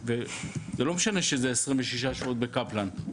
וזה לא משנה שזה 26 שבועות בקפלן.